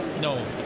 no